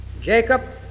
Jacob